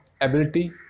ability